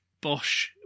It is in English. Bosch